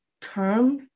term